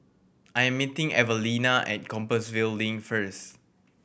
I am meeting Evalena at Compassvale Link first